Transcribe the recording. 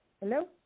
Hello